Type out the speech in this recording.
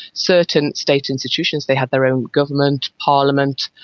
certain state institutions, they had their own government, parliament,